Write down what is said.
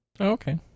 Okay